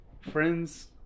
friends